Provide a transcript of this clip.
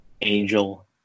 Angel